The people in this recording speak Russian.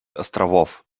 островов